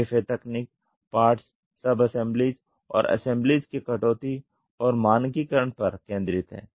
DFA तकनीक parts sub assemblies और assemblies के कटौती और मानकीकरण पर केंद्रित है